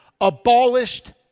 abolished